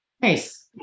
Nice